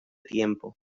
tiempo